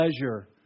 pleasure